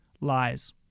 lies